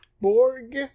Borg